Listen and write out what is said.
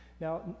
Now